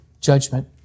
judgment